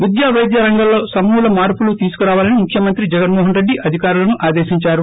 విద్యా వైద్య రంగాల్లో సమూల మార్పులు తీసుకురావాలని ముఖ్యమంత్రి జగన్మోహన్రెడ్డి అధికారులను ఆదేశిందారు